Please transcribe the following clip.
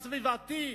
הסביבתי?